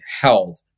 held